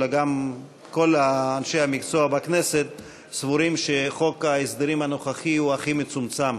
אלא גם כל אנשי המקצוע בכנסת סבורים שחוק ההסדרים הנוכחי הוא הכי מצומצם